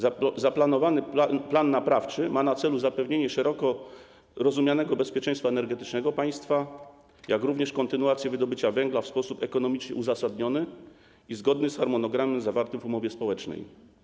Zaplanowany plan naprawczy ma na celu zapewnienie szeroko rozumianego bezpieczeństwa energetycznego państwa, jak również kontynuację wydobycia węgla w sposób ekonomicznie uzasadniony i zgodny z harmonogramem zawartym w umowie społecznej.